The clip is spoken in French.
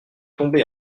tombé